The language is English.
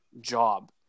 job